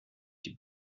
die